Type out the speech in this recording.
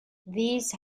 these